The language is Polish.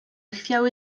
chwiały